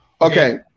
Okay